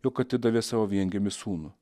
jog atidavė savo viengimį sūnų